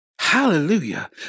Hallelujah